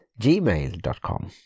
gmail.com